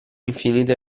infinite